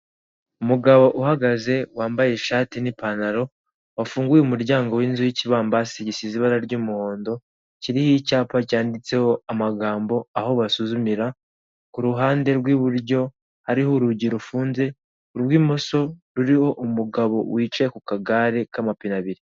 Umugabo uhagaze ambaye ishati n'ipantaro, wafunguye umuryango w'inzu y'ikibambasi gisize ibara ry'umuhondo, kiriho icyapa cyanditseho amagambo "aho basuzumira", ku ruhande rw'i buryo hariho urugi rufunze, urw'imoso ruriho umugabo wicaye ku kagare k'amapine abiri.